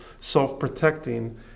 self-protecting